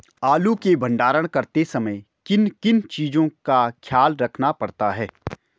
आलू के भंडारण करते समय किन किन चीज़ों का ख्याल रखना पड़ता है?